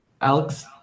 Alex